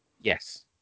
Yes